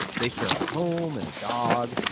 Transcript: they share a home and a dog.